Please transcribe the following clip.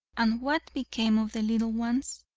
and what became of the little ones?